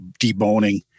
deboning